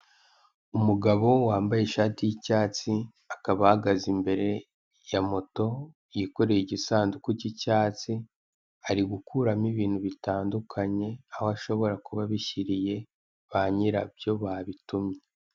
Umugabo wambaye ishhati y'icyatsi, akaba ahagaze imbere ya moto yikoreye iggisanduku cy'icyatsi, arigukuramo ibintu bitandukanye, aho ashobora kuba abishyiriye banyirabyo babitumye.